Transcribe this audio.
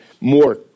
more